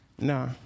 Nah